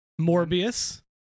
Morbius